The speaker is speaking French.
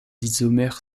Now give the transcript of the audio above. isomères